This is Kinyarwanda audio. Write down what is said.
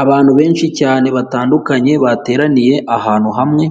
Abantu benshi cyane batandukanye bateraniye ahantu hamwe